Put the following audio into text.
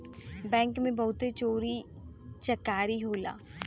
bank में बहुते चोरी चकारी होला